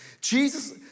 Jesus